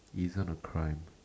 isn't a crime